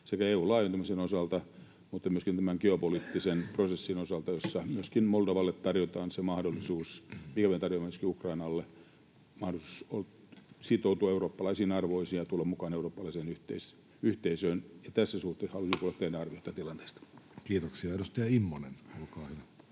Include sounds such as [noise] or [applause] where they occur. sekä EU-laajentumisen osalta että myöskin tämän geopoliittisen prosessin osalta, missä myöskin Moldovalle tarjotaan se mahdollisuus, jota EU tarjoaa myöskin Ukrainalle: mahdollisuus sitoutua eurooppalaisiin arvoihin ja tulla mukaan eurooppalaiseen yhteisöön. Ja tässä suhteessa [noise] haluaisin kuulla teidän arviota tilanteesta. [Speech 136] Speaker: